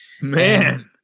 Man